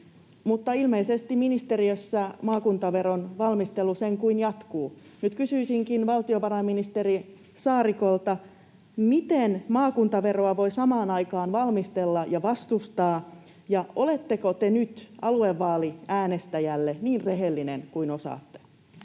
Mutta ilmeisesti ministeriössä maakuntaveron valmistelu sen kuin jatkuu. Nyt kysyisinkin valtiovarainministeri Saarikolta: miten maakuntaveroa voi samaan aikaan valmistella ja vastustaa, ja oletteko te nyt aluevaaliäänestäjälle niin rehellinen kuin osaatte?